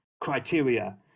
criteria